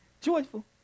joyful